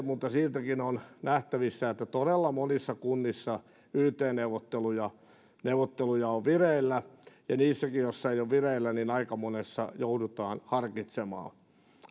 mutta siitäkin on nähtävissä että todella monissa kunnissa yt neuvotteluja neuvotteluja on vireillä ja niissäkin joissa ei ole vireillä aika monessa joudutaan harkitsemaan